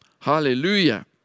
Hallelujah